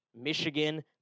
Michigan